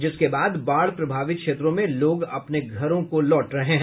जिसके बाद बाढ़ प्रभावित क्षेत्रों में लोग अपने घरों को लौट रहे हैं